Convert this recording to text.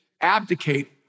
abdicate